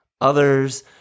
Others